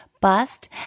Bust